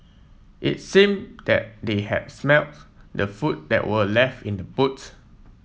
it seemed that they had smelt the food that were left in boots